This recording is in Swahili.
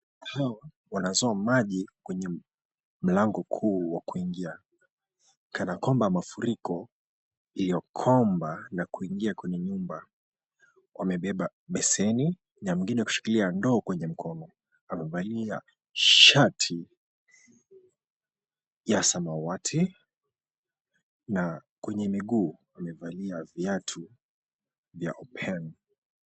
Hawa wanazoa maji kwenye mlango mkuu wa kuingilia kana kwamba mafuriko ya kwamba kuingia kwenye nyimba wamebeba beseni na mwingine kushikilia ndoo kwenye mkono. Amevalia shati ya samawati na kwenye miguu amevalia viatu vya open